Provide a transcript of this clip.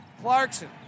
Clarkson